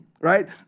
Right